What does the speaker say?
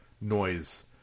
noise